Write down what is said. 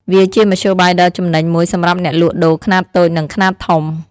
វាជាមធ្យោបាយដ៏ចំណេញមួយសម្រាប់អ្នកលក់ដូរខ្នាតតូចនិងខ្នាតធំ។